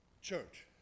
church